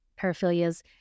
paraphilias